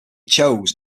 chose